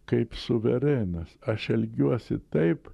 kaip suverenas aš elgiuosi taip